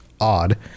odd